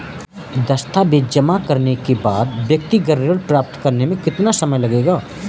दस्तावेज़ जमा करने के बाद व्यक्तिगत ऋण प्राप्त करने में कितना समय लगेगा?